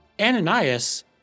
Ananias